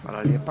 Hvala lijepa.